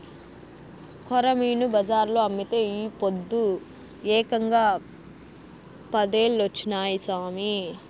కొరమీను బజార్లో అమ్మితే ఈ పొద్దు ఏకంగా పదేలొచ్చినాయి సామి